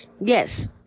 yes